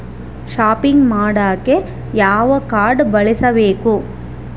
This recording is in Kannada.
ಷಾಪಿಂಗ್ ಮಾಡಾಕ ಯಾವ ಕಾಡ್೯ ಬಳಸಬೇಕು?